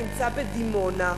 נמצא בדימונה,